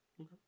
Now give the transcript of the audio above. Okay